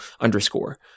underscore